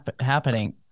happening